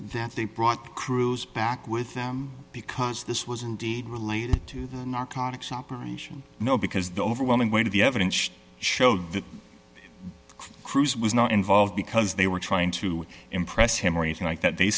that they brought crews back with them because this was indeed related to the narcotics operation no because the overwhelming weight of the evidence showed that cruise was not involved because they were trying to impress him or anything like that they